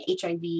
HIV